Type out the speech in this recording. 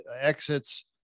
exits